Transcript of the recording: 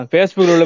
Facebook